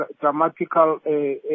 dramatical